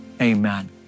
Amen